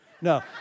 No